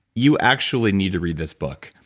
you actually need to read this book.